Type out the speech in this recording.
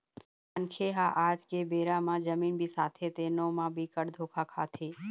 मनखे ह आज के बेरा म जमीन बिसाथे तेनो म बिकट धोखा खाथे